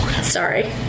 Sorry